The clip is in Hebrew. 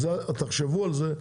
תחשבו על זה,